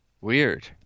Weird